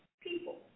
people